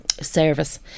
service